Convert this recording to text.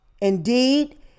Indeed